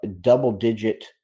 double-digit